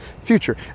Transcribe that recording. future